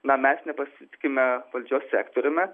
na mes nepasitikime valdžios sektoriumi